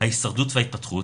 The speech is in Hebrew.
ההישרדות וההתפתחות,